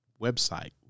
website